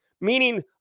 meaning